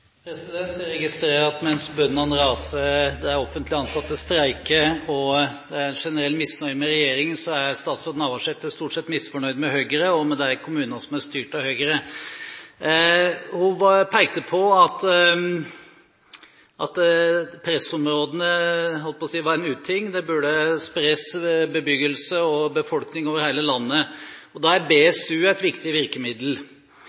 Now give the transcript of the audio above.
generell misnøye med regjeringen, er statsråd Navarsete stort sett misfornøyd med Høyre og med de kommunene som er styrt av Høyre. Statsråden pekte på at pressområdene var – jeg holdt på å si – en uting, og at det burde spres bebyggelse og befolkning over hele landet. Da er